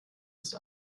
ist